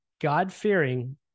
God-fearing